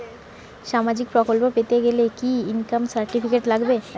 সামাজীক প্রকল্প পেতে গেলে কি ইনকাম সার্টিফিকেট লাগবে?